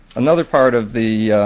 another part of the